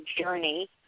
journey